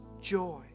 joy